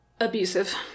abusive